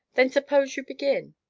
then suppose you begin?